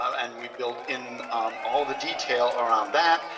and we build in all the detail around that.